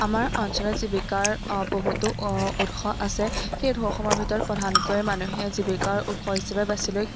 আমাৰ অঞ্চলত জীৱিকাৰ বহুতো উৎস আছে সেই উৎসৱসমূহৰ ভিতৰত প্ৰধানকৈ মানুহে জীৱিকাৰ উৎস হিচাপে বাছি লয়